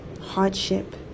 hardship